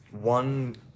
one